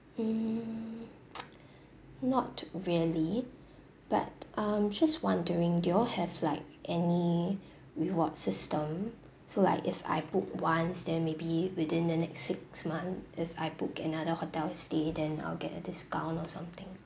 mm not really but um just wondering do you all have like any reward system so like if I book once then maybe within the next six month if I book another hotel stay then I'll get a discount or something